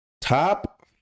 top